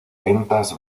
ventas